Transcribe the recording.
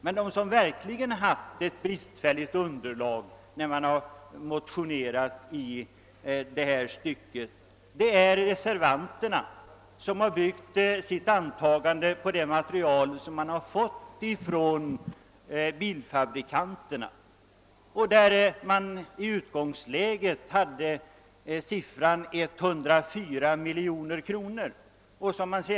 Men de som verkligen haft ett bristfälligt underlag är reservanterna som byggt sitt antagande på material som de har fått från bilfabrikanterna. I utgångsläget nämndes siffran 104 miljoner kronor i ökad beskattning.